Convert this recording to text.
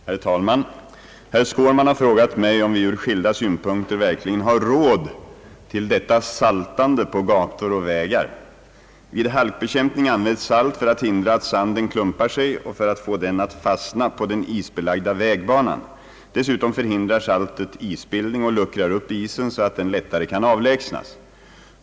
Herr talman! Herr Skårman har frågat mig om vi ur skilda synpunkter verkligen har råd till detta saltande på gator och vägar. Vid halkbekämpning används salt för att hindra att sanden klumpar sig och för att få den att fastna på den isbelagda vägbanan. Dessutom förhindrar saltet isbildning och luckrar upp isen så att den lättare kan avlägsnas.